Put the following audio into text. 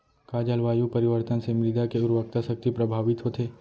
का जलवायु परिवर्तन से मृदा के उर्वरकता शक्ति प्रभावित होथे?